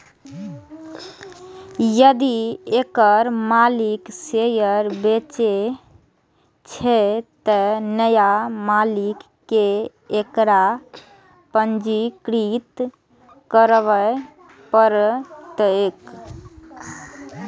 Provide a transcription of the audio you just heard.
यदि एकर मालिक शेयर बेचै छै, तं नया मालिक कें एकरा पंजीकृत करबय पड़तैक